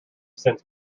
since